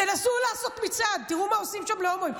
תנסו לעשות מצעד, תראו מה עושים שם להומואים.